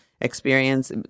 experience